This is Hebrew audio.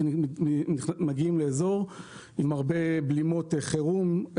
אתם מגיעים לאזור עם הרבה בלימות חירום,